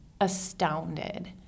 astounded